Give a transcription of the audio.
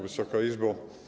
Wysoka Izbo!